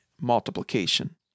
multiplication